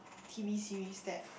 T_V series that